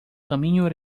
camino